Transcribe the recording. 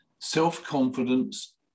Self-confidence